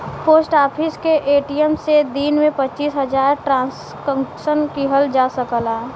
post office के ATM से दिन में पचीस हजार ट्रांसक्शन किहल जा सकला